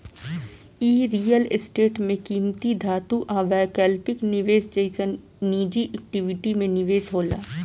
इ real estate में किमती धातु आ वैकल्पिक निवेश जइसन निजी इक्विटी में निवेश होला